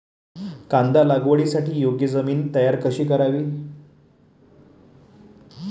कांदा लागवडीसाठी योग्य जमीन तयार कशी करावी?